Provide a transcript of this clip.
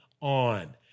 on